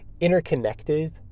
interconnected